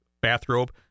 bathrobe